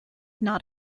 not